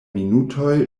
minutoj